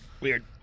Weird